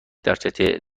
دفترچه